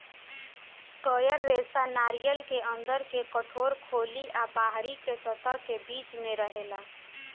coir रेशा नारियर के अंदर के कठोर खोली आ बाहरी के सतह के बीच में रहेला